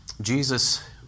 Jesus